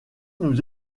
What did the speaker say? nous